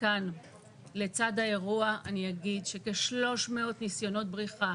לצד האירוע אני אגיד שכ-300 ניסיונות בריחה